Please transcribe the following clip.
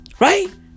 right